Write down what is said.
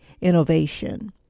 innovation